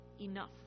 enough